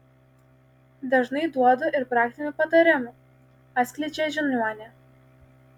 dažnai duodu ir praktinių patarimų atskleidžia žiniuonė